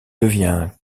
devient